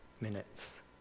minutes